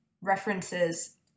references